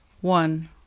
one